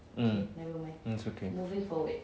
mm it's okay